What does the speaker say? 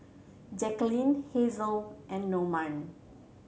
Jaqueline Hazelle and Norman